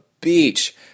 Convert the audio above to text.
beach